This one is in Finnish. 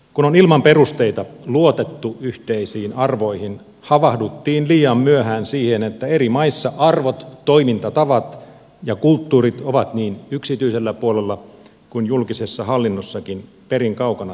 kun on ilman perusteita luotettu yhteisiin arvoihin havahduttiin liian myöhään siihen että eri maissa arvot toimintatavat ja kulttuurit ovat niin yksityisellä puolella kuin julkisessa hallinnossakin perin kaukana toisistaan